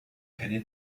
keine